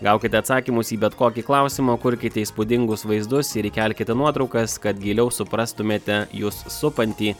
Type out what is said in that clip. gaukit atsakymus į bet kokį klausimą kurkite įspūdingus vaizdus ir įkelkite nuotraukas kad giliau suprastumėte jus supantį